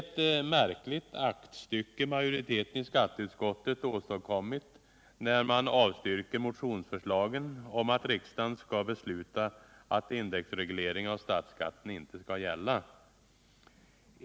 Det är ett märkligt aktstycke majoriteten i skatteutskottet åstadkommit när man avstyrker motionsförslagen om att riksdagen skall besluta att indexreglering av statsskatten inte skall gälla.